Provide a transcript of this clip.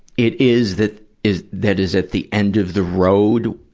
it is that is that is at the end of the road